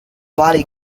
body